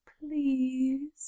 please